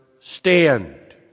stand